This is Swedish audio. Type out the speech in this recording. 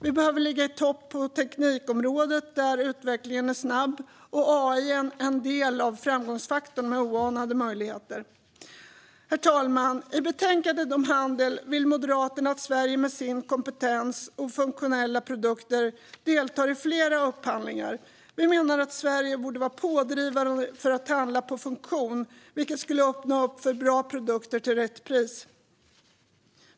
Vi behöver ligga i topp på teknikområdet där utvecklingen är snabb och AI är en del av framgångsfaktorn med oanade möjligheter. Herr talman! I betänkandet om handel vill Moderaterna att Sverige med sin kompetens och sina funktionella produkter deltar i fler upphandlingar. Vi menar att Sverige borde vara pådrivande för att handla på funktion, vilket skulle öppna upp för bra produkter till rätt pris.